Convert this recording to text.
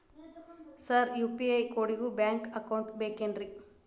Sir UPI ಕೋಡಿಗೂ bank account ಬೇಕೆನ್ರಿ?